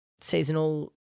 seasonal